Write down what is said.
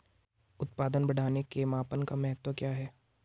उत्पादन बढ़ाने के मापन का महत्व क्या है?